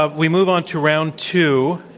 ah we move on to round two.